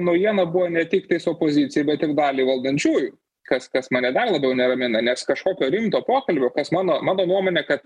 naujiena buvo ne tik tais opozicijai bet tik daliai valdančiųjų kas kas mane dar labiau neramina nes kažkokio rimto pokalbio kas mano mano nuomone ka